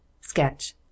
Sketch